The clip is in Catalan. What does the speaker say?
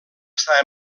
estar